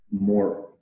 more